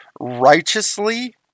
righteously